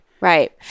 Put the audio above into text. Right